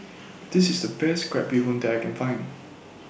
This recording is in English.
This IS The Best Crab Bee Hoon that I Can Find